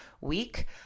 week